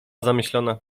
zamyślona